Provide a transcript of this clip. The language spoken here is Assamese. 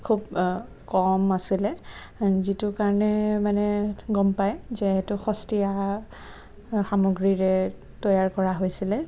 খুব কম আছিলে যিটো কাৰণে মানে গম পায় যে সেইটো সস্তীয়া সামগ্ৰীৰে তৈয়াৰ কৰা হৈছিলে